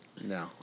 No